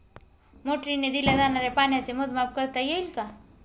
मोटरीने दिल्या जाणाऱ्या पाण्याचे मोजमाप करता येईल का?